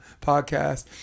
podcast